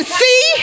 see